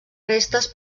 restes